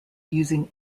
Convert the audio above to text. using